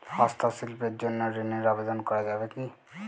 হস্তশিল্পের জন্য ঋনের আবেদন করা যাবে কি?